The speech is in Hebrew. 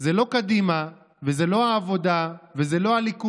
זה לא קדימה וזה לא העבודה וזה לא הליכוד,